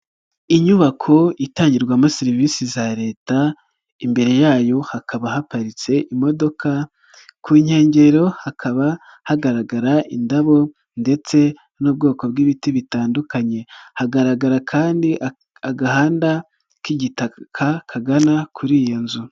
Inyubako itangirwamo serivisi za Leta imbere yayo hakaba haparitse imodoka ku nkengero hakaba hagaragara indabo ndetse n'ubwoko bw'ibiti bitandukanye, hagaragara kandi agahanda k'igitaka kagana kuri iyo nzu.